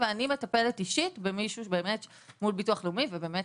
אני מטפלת אישית במישהו מול ביטוח לאומי והם באמת